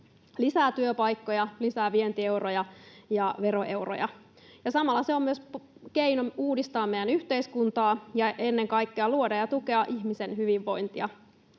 lisää työpaikkoja, lisää vientieuroja ja veroeuroja. Samalla se on myös keino uudistaa meidän yhteiskuntaa ja ennen kaikkea luoda ja tukea ihmisen hyvinvointia.